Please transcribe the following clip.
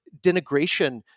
denigration